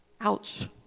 Ouch